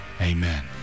amen